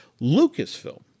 Lucasfilm